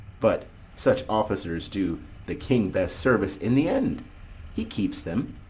but such officers do the king best service in the end he keeps them,